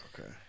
Okay